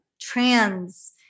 trans